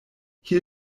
hier